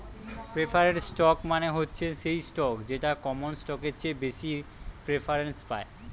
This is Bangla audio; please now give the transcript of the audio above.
প্রেফারেড স্টক মানে হচ্ছে সেই স্টক যেটা কমন স্টকের চেয়ে বেশি প্রেফারেন্স পায়